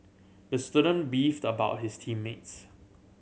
the student beefed about his team mates